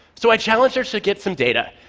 so i challenged her to get some data.